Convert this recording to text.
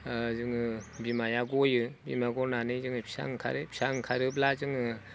जोङो बिमाया गयो बिमा गनानै जोङो फिसा ओंखारो फिसा ओंखारोब्ला जोङो